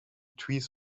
trees